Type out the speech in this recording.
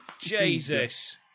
Jesus